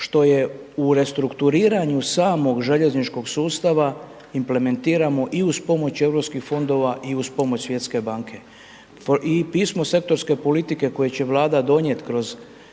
što je u restrukturiranju samog željezničkog sustava implementiramo i iz pomoć Europskih fondova i uz pomoć Svjetske banke. I pismo sektorske politike koje će Vlada donijeti kroz